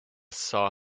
saw